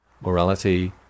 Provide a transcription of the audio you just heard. morality